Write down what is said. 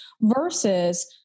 versus